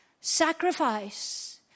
sacrifice